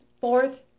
fourth